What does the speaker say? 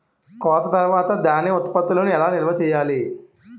కోత తర్వాత ధాన్యం ఉత్పత్తులను ఎలా నిల్వ చేయాలి?